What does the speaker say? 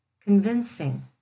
convincing